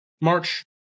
March